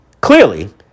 clearly